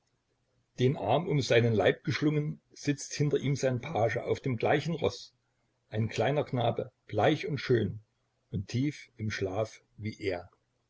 den arm um seinen leib geschlungen sitzt hinter ihm sein page auf dem gleichen roß ein kleiner knabe bleich und schön und tief im schlaf wie er